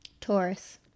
Taurus